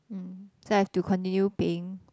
mm so I have to continue paying